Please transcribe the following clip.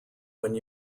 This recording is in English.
when